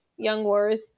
Youngworth